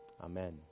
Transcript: Amen